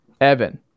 Evan